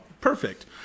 perfect